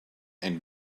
and